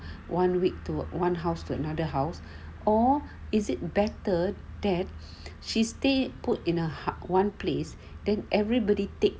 one week to one house to another house or is it better that she stay put in a hug one place and everybody take